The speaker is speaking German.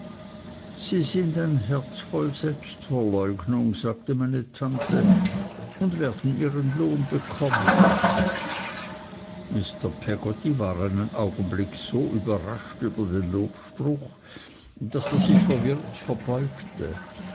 sie sind ein herz voll selbstverleugnung sagte meine tante und werden ihren lohn bekommen mr peggotty war einen augenblick so überrascht über den lobspruch daß er sich verwirrt verbeugte